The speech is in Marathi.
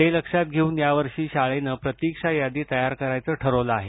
ते लक्षात घेऊन यावर्षी शाळेनं प्रतीक्षा यादी तयार करायचं ठरवलं आहे